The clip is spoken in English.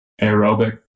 aerobic